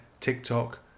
TikTok